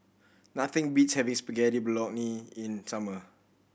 nothing beats having Spaghetti Bolognese in summer